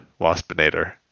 Waspinator